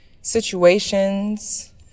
situations